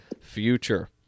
future